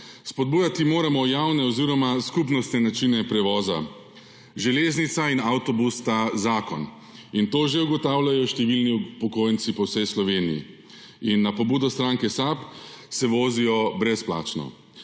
Spodbujati moramo javne oziroma skupnostne načine prevoza. Železnica in avtobus sta zakon, in to že ugotavljajo številni upokojenci po vsej Sloveniji in na pobudo stranke SAB se vozijo brezplačno.